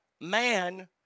Man